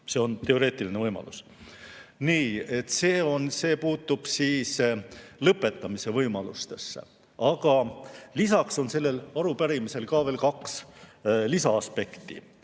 See on teoreetiline võimalus. Nii. See puutub lõpetamise võimalustesse. Aga lisaks on sellel arupärimisel veel kaks aspekti.